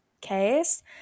case